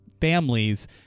families